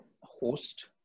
host